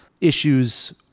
issues